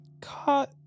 caught